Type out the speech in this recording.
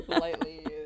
Lightly